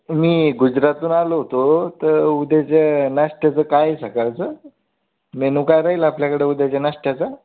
मी गुजरातवरून आलो होतो तर उद्याच्या नाश्त्याचं काय सकाळचं मेनू काय राहील आपल्याकडे उद्याच्या नाश्त्याचं